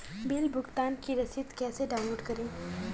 Bill भुगतान की रसीद कैसे डाउनलोड करें?